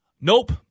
Nope